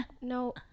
no